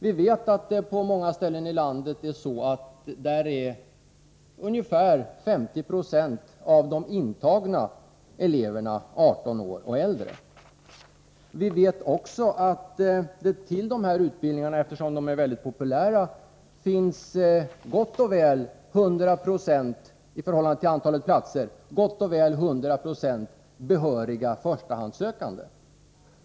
Vi vet att det på många ställen i landet är ungefär 50 96 av de intagna eleverna som är 18 år och äldre. Vi vet också att det till dessa utbildningar — eftersom de är mycket populära — i förhållande till antalet platser finns gott och väl 100 96 behöriga förstahandssökande.